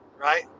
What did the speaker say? right